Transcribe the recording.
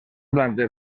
plantes